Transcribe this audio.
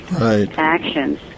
actions